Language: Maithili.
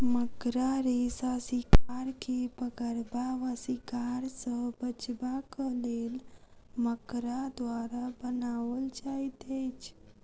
मकड़ा रेशा शिकार के पकड़बा वा शिकार सॅ बचबाक लेल मकड़ा द्वारा बनाओल जाइत अछि